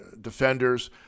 defenders